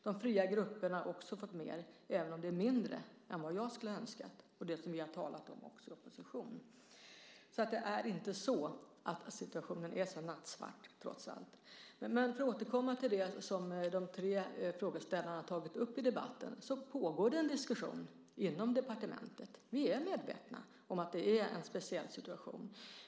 De fria grupperna har också fått mer, även om det är mindre än vad jag skulle önska - något som vi har talat om också i opposition. Det är alltså inte så att situationen är så nattsvart trots allt. För att återkomma till det som de tre frågeställarna tagit upp i debatten vill jag säga att det pågår en diskussion inom departementet. Vi är medvetna om att det är en speciell situation.